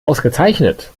ausgezeichnet